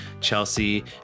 Chelsea